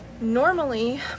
normally